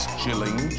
chilling